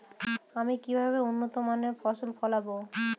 আমি কিভাবে উন্নত মানের ফসল ফলাবো?